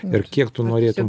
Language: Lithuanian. ir kiek tu norėtum